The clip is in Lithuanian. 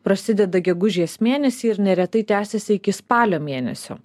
prasideda gegužės mėnesį ir neretai tęsiasi iki spalio mėnesio